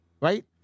right